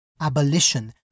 abolition